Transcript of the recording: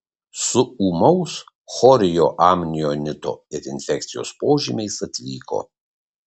su ūmaus chorioamnionito ir infekcijos požymiais atvyko